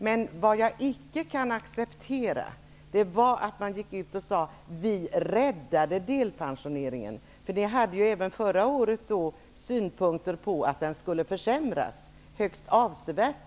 Jag kan dock icke acceptera att man gick ut och sade: Vi räddade delpensioneringen. Även förra året hade ni ju synpunkter på att den skulle försämras, och dessutom högst avsevärt.